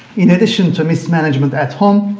in addition to mismanagement at home,